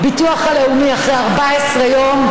הביטוח הלאומי, אחרי 14 יום,